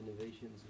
innovations